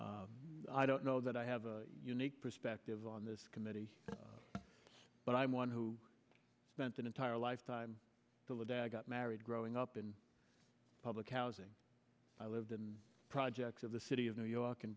i don't know that i have a unique perspective on this committee but i'm one who spent an entire lifetime the day i got married growing up in public housing i lived in the projects of the city of new york in